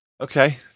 Okay